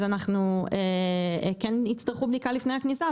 אז כן יצטרכו בדיקה לפני הכניסה,